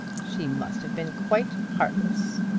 she must have been quite heartless.